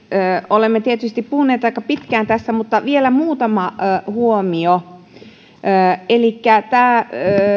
olemme tietysti puhuneet aika pitkään tässä mutta vielä muutama huomio elikkä tämä